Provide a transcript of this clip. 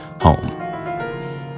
home